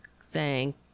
thank